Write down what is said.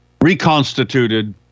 reconstituted